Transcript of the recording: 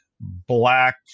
Black